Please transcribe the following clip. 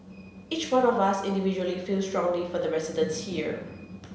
each one of us individually feels strongly for the residents here